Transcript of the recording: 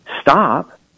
stop